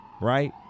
right